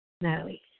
Natalie